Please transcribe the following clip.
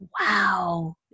wow